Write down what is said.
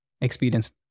experience